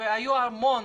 והיו המון